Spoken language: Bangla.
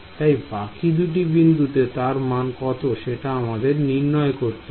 তাই বাকি দুটি বিন্দুতে তার মান কত সেটা আমাদের নির্ণয় করতে হবে